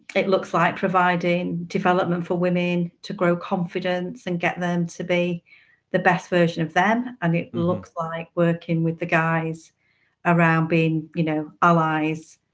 it looks like providing development for women to grow confidence and get them to be the best version of them. and it looks like working with the guys around being you know allies,